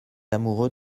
amoureux